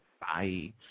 Bye